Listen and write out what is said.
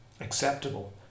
acceptable